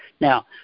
Now